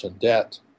debt